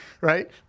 right